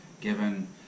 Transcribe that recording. given